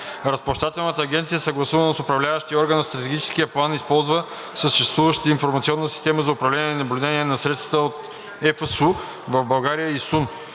„Разплащателна агенция, съгласувано с Управляващия орган на Стратегическия план, използва съществуващата информационна система за управление и наблюдение на средствата от ЕФСУ в България (ИСУН),